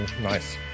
nice